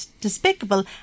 despicable